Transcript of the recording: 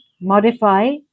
modify